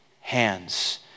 hands